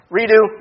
Redo